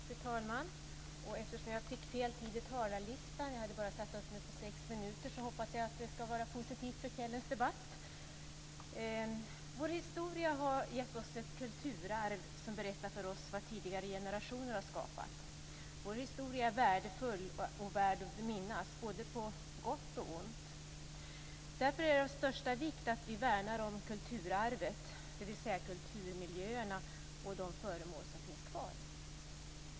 Fru talman! Eftersom jag fick fel talartid i talarlistan - jag hade bara satt upp mig för sex minuter - hoppas jag att det ska vara positivt för kvällens debatt. Vår historia har gett oss ett kulturarv som berättar för oss vad tidigare generationer har skapat. Vår historia är värdefull och värd att minnas, både på gott och ont. Därför är det av största vikt att vi värnar om kulturarvet, dvs. kulturmiljöerna och de föremål som finns kvar.